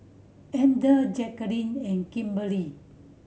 Ander Jackeline and Kimberly